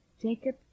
Jacob